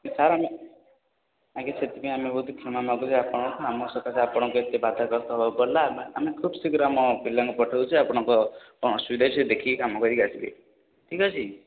sir ଆମେ ଆଜ୍ଞା sir ଆମେ ସେଥିପାଇଁ କ୍ଷମା ମାଗୁଛୁ ଆପଣ ଆମ ସହିତ ଏମିତି ବାଧାପ୍ରାପ୍ତ ହେବାକୁ ପଡ଼ିଲା ଆମେ ଖୁବ ଶୀଘ୍ର ପିଲାଙ୍କୁ ପଠାଇ ଦେଉଛି ଆପଣଙ୍କ ଅସୁବିଧା ହେଇଛି ଦେଖିକି କାମ କରି ଆସିବେ ଠିକ୍ ଅଛି